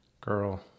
Girl